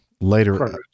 Later